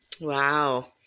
Wow